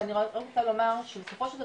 אבל אני רק רוצה לומר שבסופו של דבר,